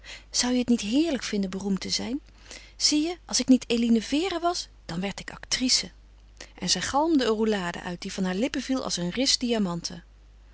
zou je het niet heerlijk vinden beroemd te zijn zie je als ik niet eline vere was dan werd ik actrice en zij galmde een roulade uit die van haar lippen viel als een ris diamanten